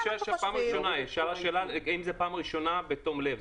היא שאלה לגבי פעם ראשונה בתום לב.